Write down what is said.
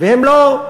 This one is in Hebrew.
והם לא,